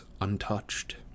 untouched